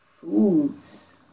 foods